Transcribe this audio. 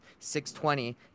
620